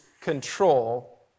control